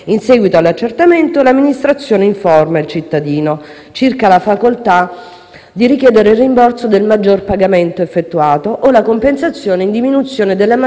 di richiedere il rimborso del maggior pagamento effettuato o la compensazione, in diminuzione, della maggior somma versata. Per quanto sopra, il consigliere Scarpa chiedeva, appunto,